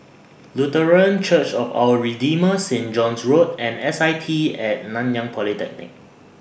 Lutheran Church of Our Redeemer Saint John's Road and S I T At Nanyang Polytechnic